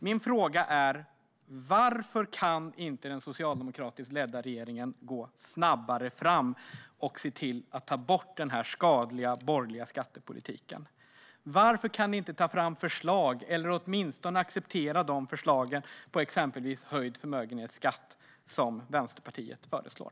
Min fråga är: Varför kan inte den socialdemokratiskt ledda regeringen gå snabbare fram och se till att ta bort denna skadliga borgerliga skattepolitik? Varför kan ni inte ta fram förslag eller åtminstone acceptera de förslag om exempelvis en höjning av förmögenhetsskatten som Vänsterpartiet har?